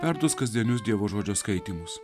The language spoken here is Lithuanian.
perduos kasdienius dievo žodžio skaitymus